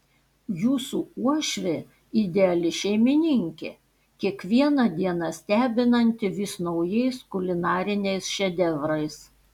jūsų uošvė ideali šeimininkė kiekvieną dieną stebinanti vis naujais kulinariniais šedevrais